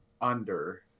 under-